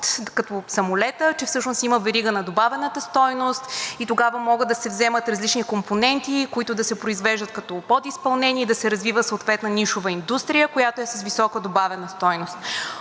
като самолета, че всъщност има верига на добавената стойност и тогава могат да се вземат различни компоненти, които да се произвеждат като подизпълнение и да се развива съответна нишова индустрия, която е с висока добавена стойност.